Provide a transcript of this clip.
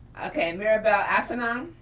okay, mirabelle asangong.